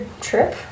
trip